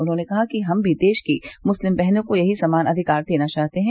उन्होंने कहा कि हम भी देश की मुस्लिम बहनों को यही समान अधिकार देना चाहते हैं